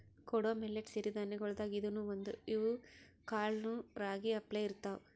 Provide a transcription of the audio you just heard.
ಕೊಡೊ ಮಿಲ್ಲೆಟ್ ಸಿರಿ ಧಾನ್ಯಗೊಳ್ದಾಗ್ ಇದೂನು ಒಂದು, ಇವ್ ಕಾಳನೂ ರಾಗಿ ಅಪ್ಲೇನೇ ಇರ್ತಾವ